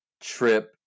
trip